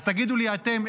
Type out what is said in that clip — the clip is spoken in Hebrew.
אז תגידו לי אתם,